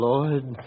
Lord